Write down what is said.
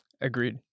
Agreed